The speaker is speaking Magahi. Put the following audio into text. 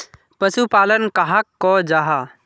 पशुपालन कहाक को जाहा?